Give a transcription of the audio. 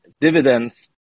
dividends